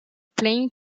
plain